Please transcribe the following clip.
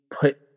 Put